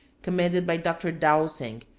commanded by dr. dowsing,